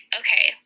okay